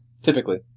Typically